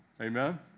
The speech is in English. Amen